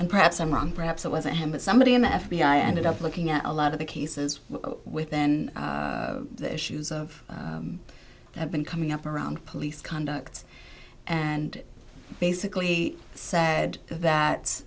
and perhaps i'm wrong perhaps it wasn't him but somebody in the f b i ended up looking at a lot of the cases within the issues of have been coming up around police conduct and basically said that